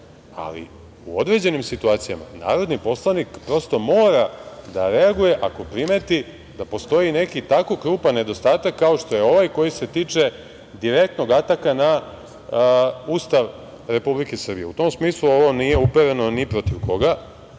ali u određenim situacijama narodni poslanik prosto mora da reaguje ako primeti da postoji neki tako krupan nedostatak kao što je ovaj koji se tiče direktnog ataka na Ustav Republike Srbije.U tom smislu ovo nije upereno ni protiv koga,